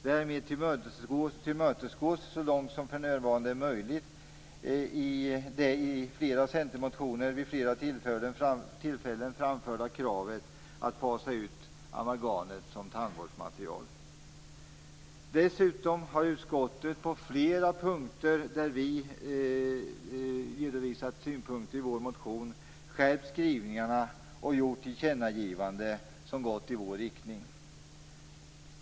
Därmed tillmötesgås så långt som för närvarande är möjligt det i flera centermotioner vid flera tillfällen framförda kravet att fasa ut amalgamet som tandvårdsmaterial. Dessutom har utskottet på flera av de punkter där vi har redovisat synpunkter i vår motion skärpt skrivningarna och gjort tillkännagivanden som gått i vår riktning.